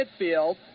midfield